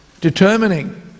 determining